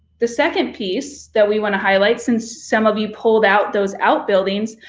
the second piece that we want to highlight since some of you pulled out those outbuildings,